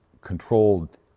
controlled